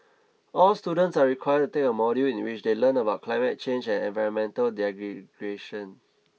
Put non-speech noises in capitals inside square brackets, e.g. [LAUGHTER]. all students are required to take a module in which they learn about climate change and environmental [UNINTELLIGIBLE] degradation